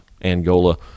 Angola